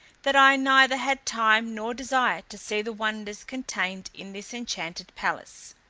that i neither had time nor desire to see the wonders contained in this enchanted palace.